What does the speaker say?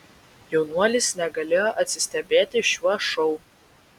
jaunuolis negalėjo atsistebėti šiuo šou